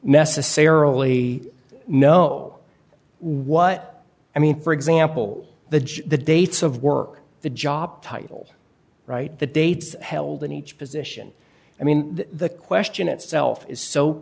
necessarily know what i mean for example the judge the dates of work the job title right the dates held in each position i mean the question itself is so